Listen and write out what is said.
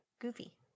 Goofy